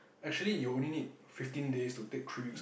actually you only need fifteen days to take three weeks off